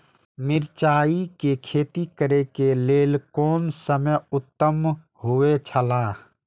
मिरचाई के खेती करे के लेल कोन समय उत्तम हुए छला?